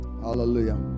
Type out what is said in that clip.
Hallelujah